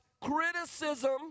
criticism